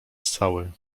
cały